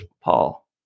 paul